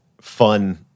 fun